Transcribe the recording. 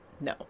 no